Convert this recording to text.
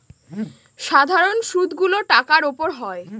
সাধারন সুদ গুলো টাকার উপর হয়